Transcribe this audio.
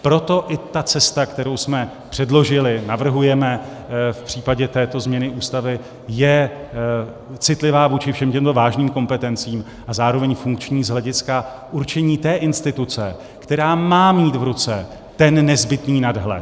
Proto i ta cesta, kterou jsme předložili, navrhujeme v případě této změny Ústavy, je citlivá vůči všem těmto vážným kompetencím a zároveň funkční z hlediska určení instituce, která má mít v ruce ten nezbytný nadhled.